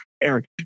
Eric